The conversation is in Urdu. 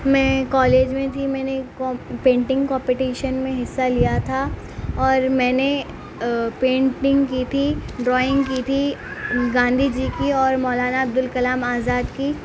میں کالج میں تھی میں نے قوم پینٹنگ کامپٹیشن میں حصہ لیا تھا اور میں نے پینٹنگ کی تھی ڈرائنگ کی تھی گاندھی جی کی اور مولانا عبدالکلام آزاد کی